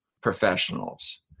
professionals